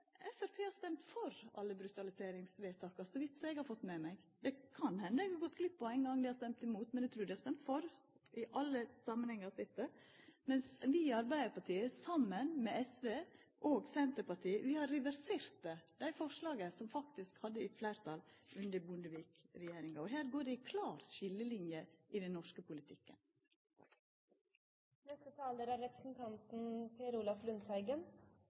Framstegspartiet har stemt for alle brutaliseringsvedtaka, så vidt som eg har fått med meg. Det kan henda at eg har gått glipp av det éin gong dei har stemt imot, men eg trur dei har stemt for i alle samanhengar eg har sett. Men vi i Arbeidarpartiet, saman med SV og Senterpartiet, har reversert dei forslaga som faktisk hadde fleirtal under Bondevik-regjeringa. Her går det ei klar skiljeline i den norske politikken. Det er